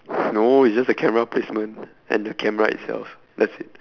no is just the camera placement and the camera itself that's it